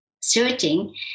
searching